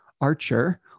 archer